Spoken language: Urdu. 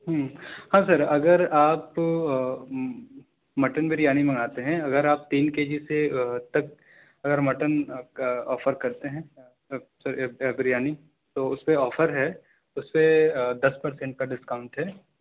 ہاں سر اگر آپ مٹن بریانی منگاتے ہیں اگر آپ تین کے جی سے تک اگر مٹن کا آفر کرتے ہیں سر بریانی تو اُس پہ آفر ہے اُس پہ دس پرسینٹ کا ڈسکاؤںٹ ہے